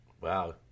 Wow